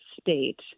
state